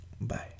Bye